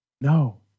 No